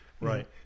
Right